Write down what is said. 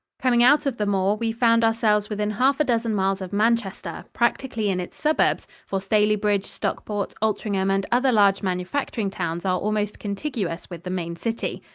coming out of the moor, we found ourselves within half a dozen miles of manchester practically in its suburbs, for stalybridge, stockport, altrincham and other large manufacturing towns are almost contiguous with the main city.